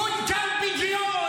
כל כלב ביג'י יומו.